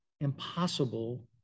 impossible